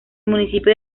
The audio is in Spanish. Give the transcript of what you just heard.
municipio